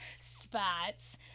spots